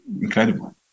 incredible